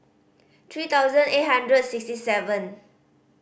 three thousand eight hundred sixty seven